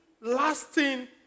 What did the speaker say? lasting